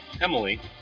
Emily